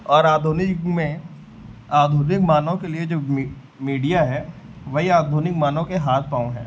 और आधुनिक युग में आधुनिक मानव के लिए जो मी मीडिया है वही आधुनिक मानव के हाथ पाँव हैं